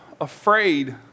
afraid